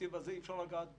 בתקציב הזה אי-אפשר לגעת בו.